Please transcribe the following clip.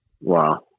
Wow